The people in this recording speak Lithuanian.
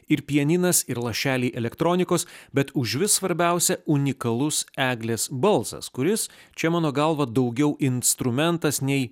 ir pianinas ir lašeliai elektronikos bet užvis svarbiausia unikalus eglės balsas kuris čia mano galva daugiau instrumentas nei